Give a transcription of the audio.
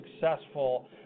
successful